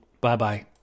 Bye-bye